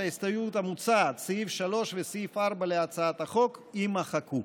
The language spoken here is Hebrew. ההסתייגות המוצעת: סעיף 3 וסעיף 4 להצעת החוק יימחקו.